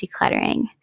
decluttering